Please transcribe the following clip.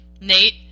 Nate